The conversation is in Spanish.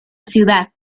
ciudad